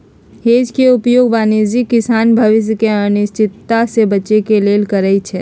hedge के उपयोग वाणिज्यिक किसान भविष्य के अनिश्चितता से बचे के लेल करइ छै